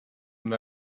and